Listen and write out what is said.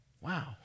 Wow